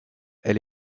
elle